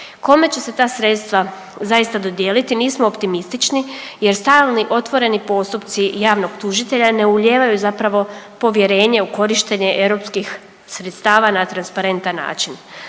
Kome će se ta sredstva zaista dodijeliti nismo optimistični jer stalni otvoreni postupci javnog tužitelja ne ulijevaju zapravo povjerenje u korištenje europskih sredstava na transparentan način.